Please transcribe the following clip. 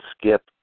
skip